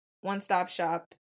one-stop-shop